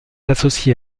associée